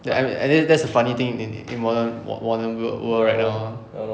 that at at least that's the funny thing in in modern modern wo~ world right now